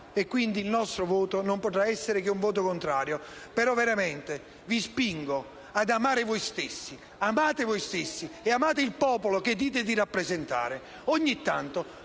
quindi, il nostro voto non potrà che essere contrario, però, veramente, vi spingo ad amare voi stessi: amate voi stessi e amate il popolo che dite di rappresentare. Ogni tanto